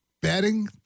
betting